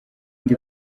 ndi